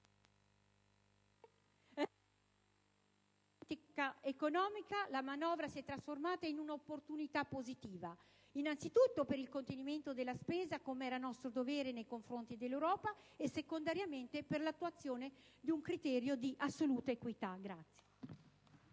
essa si è trasformata in un'opportunità positiva, innanzitutto per il contenimento della spesa, come era nostro dovere nei confronti dell'Europa, e secondariamente per l'attuazione di un criterio di assoluta equità.